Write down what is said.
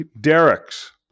Derek's